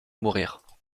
mourir